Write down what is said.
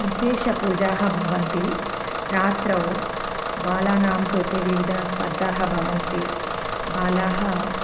विशेषपूजाः भवन्ति रात्रौ बालानां कृते विविधाः स्पर्धाः भवन्ति बालाः